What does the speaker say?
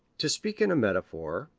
to speak in a metaphor,